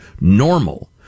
normal